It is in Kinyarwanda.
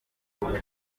niwumva